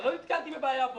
אבל לא נתקלתי בבעיה.